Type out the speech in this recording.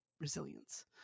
resilience